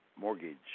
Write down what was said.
mortgage